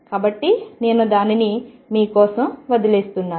కాబట్టి నేను దానిని మీ కోసం వదిలివేస్తున్నాను